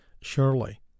surely